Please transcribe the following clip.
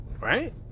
right